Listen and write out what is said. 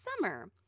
summer